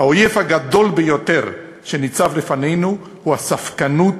האויב הגדול ביותר שניצב לפנינו הוא הספקנות,